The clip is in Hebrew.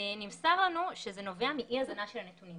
נמסר לנו שזה נובע מאי-הזנה של הנתונים.